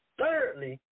Thirdly